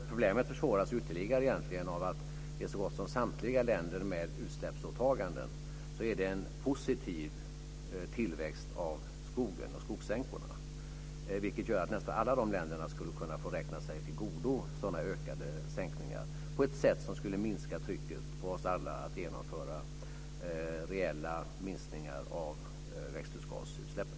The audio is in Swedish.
Problemet försvåras ytterligare av att det i så gott som samtliga länder med utsläppsåtaganden är en positiv tillväxt av skogen och skogssänkorna, vilket gör att nästan alla de länderna skulle kunna få räkna sig till godo sådana ökade sänkningar på ett sätt som skulle minska trycket på oss alla att genomföra reella minskningar av växthusgasutsläppen.